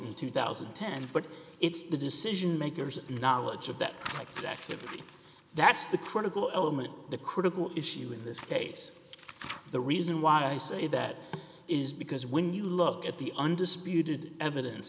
in two thousand and ten but it's the decision makers knowledge of that activity that's the critical element the critical issue in this case the reason why i say that is because when you look at the undisputed evidence